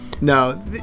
No